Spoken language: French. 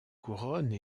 couronne